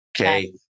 Okay